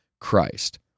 Christ